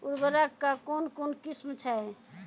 उर्वरक कऽ कून कून किस्म छै?